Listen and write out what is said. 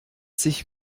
sich